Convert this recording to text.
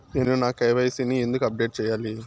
నేను నా కె.వై.సి ని ఎందుకు అప్డేట్ చెయ్యాలి?